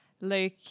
Luke